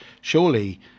Surely